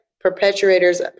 perpetrators